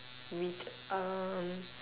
with um